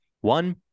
One